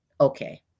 Okay